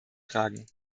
tragen